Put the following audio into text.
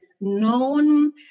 known